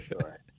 sure